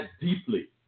deeply